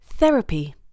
Therapy